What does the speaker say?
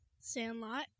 Sandlot